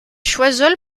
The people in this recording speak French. choiseul